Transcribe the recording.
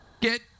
get